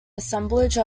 assemblage